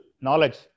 knowledge